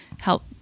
help